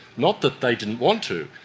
not that they didn't want to.